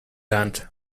lunch